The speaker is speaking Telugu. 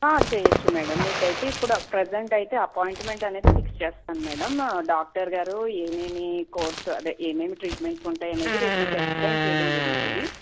చెయ్యచ్చు మేడం మీకు అయితే ఇప్పుడు ఎట్ ప్రజెంట్ అయితే అపాయింట్మెంట్ అనేది ఫిక్స్ చేస్తాను మేడం డాక్టర్గారు ఏమేమి కోర్స్ అదే ఏమేమి ట్రీట్మెంట్ ఉంటాయో రేపు మీకు ఎక్స్ప్లయిన్ చెయ్యడం జరుగుతుంది